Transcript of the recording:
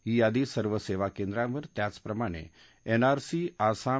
ही यादी सर्व सेवाकेंद्रांवर त्याचप्रमाणे एनआरसी आसाम